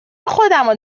خودمو